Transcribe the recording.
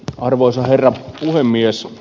arvoisa herra puhemies